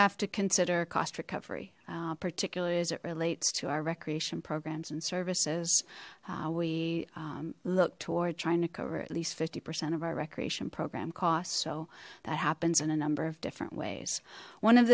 have to consider cost recovery particularly as it relates to our recreation programs and services we look toward trying to cover at least fifty percent of our recreation program costs so that happens in a number of different ways one of